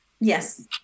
Yes